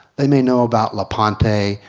they may know about lepanto,